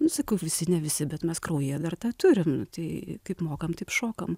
nu sakau visi ne visi bet mes kraują dar tą turim tai kaip mokam taip šokam